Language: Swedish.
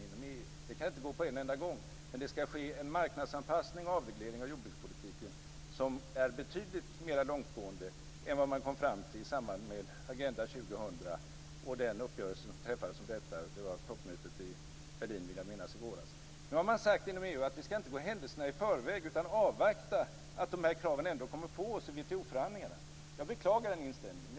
Det kan inte göras på en gång, men det ska ske en marknadsanpassning och avreglering av jordbrukspolitiken som är betydligt mera långtgående än vad man kom fram till i den uppgörelse som träffades om Agenda Man har nu inom EU sagt att vi inte ska gå händelserna i förväg utan avvakta att vi ändå får möta dessa krav i WTO-förhandlingarna. Jag beklagar den inställningen.